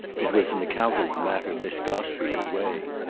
it was an account of the matter miss gostrey could weigh.